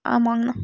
ஆமாங்கண்ணா